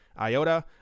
IOTA